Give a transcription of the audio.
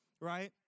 right